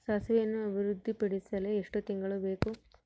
ಸಾಸಿವೆಯನ್ನು ಅಭಿವೃದ್ಧಿಪಡಿಸಲು ಎಷ್ಟು ತಿಂಗಳು ಬೇಕು?